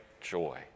joy